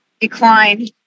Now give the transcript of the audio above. decline